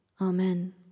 Amen